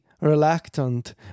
reluctant